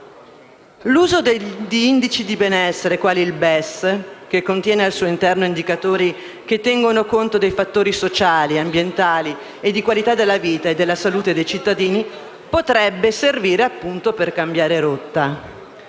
quali il BES (benessere equo e sostenibile), che contiene al suo interno indicatori che tengono conto dei fattori sociali, ambientali e di qualità della vita e della salute dei cittadini, potrebbe servire - appunto - per cambiare rotta.